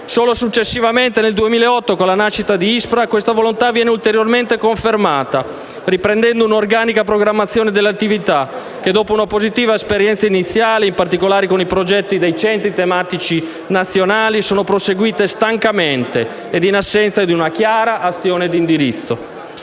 Solo successivamente, nel 2008, con la nascita di ISPRA questa volontà viene ulteriormente confermata, riprendendo un'organica programmazione delle attività, che dopo una positiva esperienza iniziale, in particolare con i progetti dei Centri tematici nazionali, erano proseguite stancamente e in assenza di una chiara azione di indirizzo.